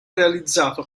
realizzato